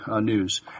news